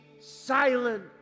silent